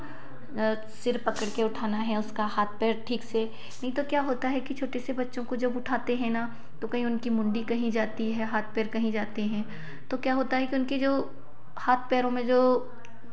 sir पकड़ कर उठाना है उसका हाथ पैर ठीक से नहीं तो क्या होता है कि छोटे से बच्चों को जब उठाते हैं ना तो कहीं उनकी मुंडी कहीं जाती है हाथ पैर कहीं जाते हैं तो क्या होता है कि उनकी जो हाथ पैरों में जो